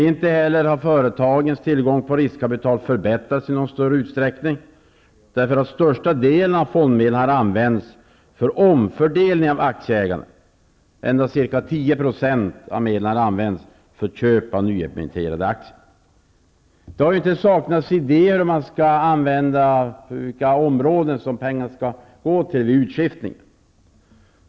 Inte heller har företagens tillgång på riskkapital förbättrats i någon större utsträckning, därför att största delen av fondmedlen har använts för omfördelning av aktieägandet. Endast ca 10 % av medlen har använts för köp av nyemitterade aktier. Det har inte saknats idéer i fråga om vilka områden som pengarna skall gå till vid utskiftningen.